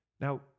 Now